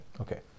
okay